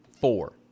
four